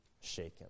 shaken